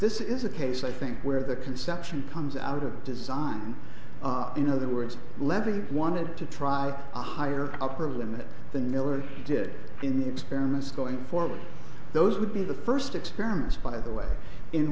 this is a case i think where the conception comes out of design in other words levy wanted to try a higher upper limit the nailer did in the experiments going forward those would be the first experiments by the way in